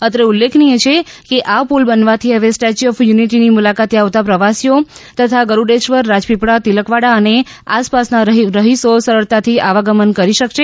અત્રે ઉલ્લેખનીય છે કે આ પુલબનવાથી હવે સ્ટેચ્યુ ઓફ યુનિટીની મુલાકાતે આવતાં પ્રવાસીઓ તથા ગરૂડેશ્વર રાજપીપળા તિલકવાડા અને આસપાસના રહીશો સરળતાથી આવાગમન કતરી શકશે